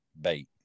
bait